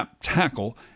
tackle